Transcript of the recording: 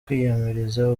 kwiyamiriza